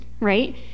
right